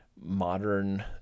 modern